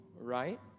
right